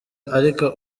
ariko